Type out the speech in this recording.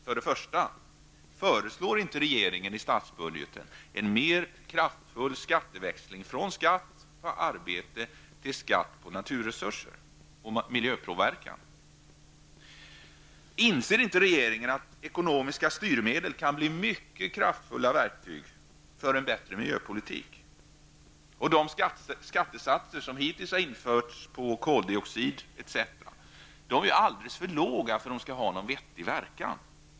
För det första: Varför föreslår inte regeringen i statsbudgeten en mer kraftfull skatteväxling från skatt på arbete till skatt på naturresurser och miljöpåverkan? Inser inte regeringen att ekonomiska styrmedel kan bli mycket kraftfulla verktyg för en bättre miljöpolitik? De skattesatser som hittills har införts på koldioxid osv. är alldeles för låga för att ha någon vettig verkan.